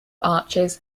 arches